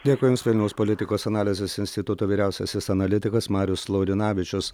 dėkui jums vilniaus politikos analizės instituto vyriausiasis analitikas marius laurinavičius